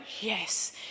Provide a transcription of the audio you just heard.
yes